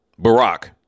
Barack